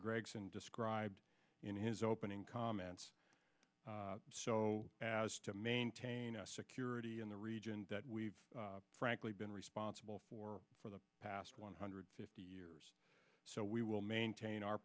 gregson described in his opening comments so as to maintain security in the region that we've frankly been responsible for for the past one hundred fifty years so we will maintain our